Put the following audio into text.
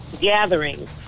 gatherings